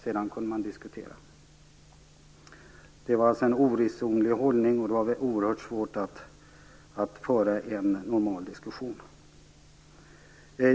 Sedan kunde man diskutera. Det var alltså en oresonlig hållning, och det var oerhört svårt att föra en normal diskussion.